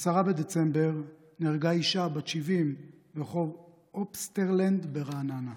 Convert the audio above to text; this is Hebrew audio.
ב-10 בדצמבר נהרגה אישה בת 70 ברחוב אופסטרלנד ברעננה.